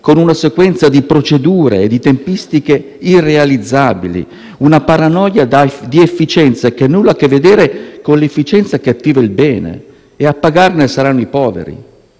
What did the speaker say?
è una sequenza di procedure e di tempistiche irrealizzabili, una paranoia di efficienza che nulla ha a che vedere con l'efficienza che attiva il bene. E a pagare saranno i poveri.